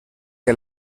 que